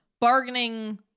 bargaining